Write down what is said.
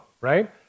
right